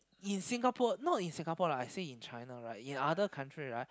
in Singapore not in Singapore lah I say in China right in other country right